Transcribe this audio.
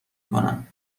کنم